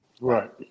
Right